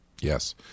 Yes